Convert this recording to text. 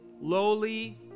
lowly